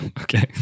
Okay